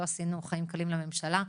לא עשינו חיים קלים לממשלה.